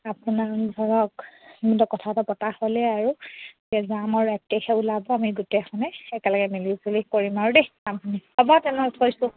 আপোনাৰ ধৰক কথাটো পতা হ'লে আৰু এতিয়া যাম আৰু এক তাৰিখে ওলাব আমি গোটেইখনে একেলগে মিলিজুলি কৰিম আৰু দেই যাম হ'ব তেনেহ'লে থৈছোঁ